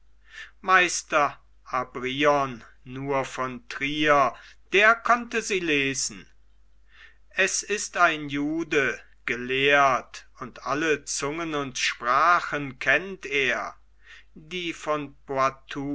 meister abryon nur von trier der konnte sie lesen es ist ein jude gelehrt und alle zungen und sprachen kennt er die von